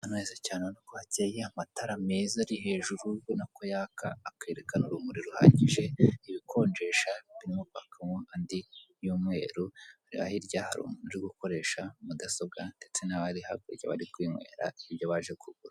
Ahantu heza cyane ubona ko hakeye, amatara meza ari hejuru ubona ko yaka akerekana urumuri ruhagije, ibikonjesha, birimo ako andi y'umweru wareba hirya hari umuntu uri gukoresha mudasobwa ndetse n'abari hakurya bari kunywera ibyo baje kugura.